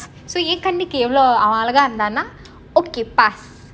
so என் கண்ணுக்கு எவ்வளவு அழகா இருந்த்தானா:en kannukku evvalavu alaga irunthaana ok pass